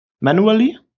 manually